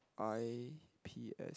I_P_S